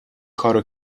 کارو